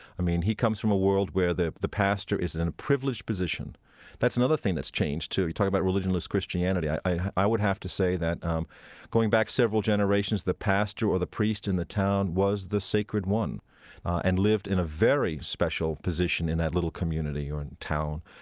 i mean, he comes from a world where the the pastor is in a privileged position that's another thing that's changed, too. you talk about religionless christianity. i i would have to say that um going back several generations, the pastor or the priest in the town was the sacred one and lived in a very special position in that little community or town.